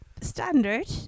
standard